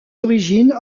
origines